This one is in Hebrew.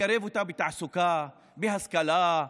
לקרב אותה בתעסוקה, בהשכלה.